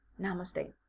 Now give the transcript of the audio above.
Namaste